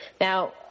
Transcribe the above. Now